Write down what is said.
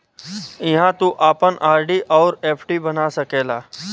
इहाँ तू आपन आर.डी अउर एफ.डी बना सकेला